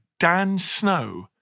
DANSNOW